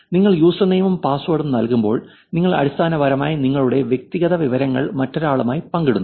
നിങ്ങൾ യൂസർനെയിം ഉം പാസ്വേഡും നൽകുമ്പോൾ നിങ്ങൾ അടിസ്ഥാനപരമായി നിങ്ങളുടെ വ്യക്തിഗത വിവരങ്ങൾ മറ്റൊരാളുമായി പങ്കിടുന്നു